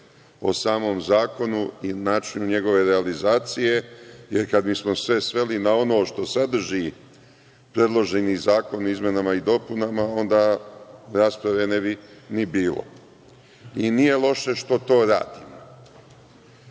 o samom zakonu i o načinu njegove realizacije, jer kad bismo sve sveli na ono što sadrži predloženi zakon o izmenama i dopunama, onda rasprave ne bi ni bilo. Nije loše što to radimo. Mene